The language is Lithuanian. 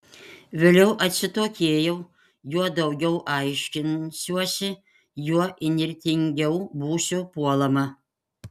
vėliau atsitokėjau juo daugiau aiškinsiuosi juo įnirtingiau būsiu puolama